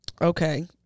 Okay